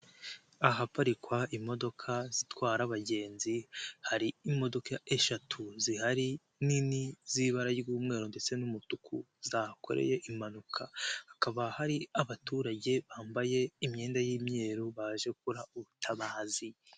Ahaparikwa imodoka zitwara abagenzi hari imodoka eshatu zihari nini z'ibara ry'umweru ndetse n'umutuku zahakoreye impanuka, hakaba hari abaturage bambaye imyenda y'imyeru baje gukora ubutabazi.